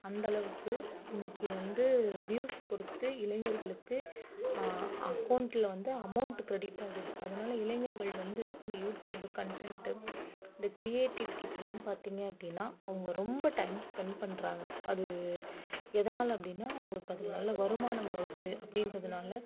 அந்தளவுக்கு இன்றைக்கு வந்து வியூவ்ஸ் பொறுத்து இளைஞர்களுக்கு அக்கௌண்டில் வந்து அமௌண்ட் கிரெடிட் ஆகுது அதனால இளைஞர்கள் வந்து இந்த யூடியூப்பு கண்டென்ட்டு அந்த கிரியேட்டிவிட்டிக்கெலாம் பார்த்திங்க அப்படின்னா அவங்க ரொம்ப டைம் ஸ்பெண்ட் பண்ணுறாங்க அது எதனால் அப்படின்னா அவங்களுக்கு அதில வருமானம் வருது அப்படின்றதுனால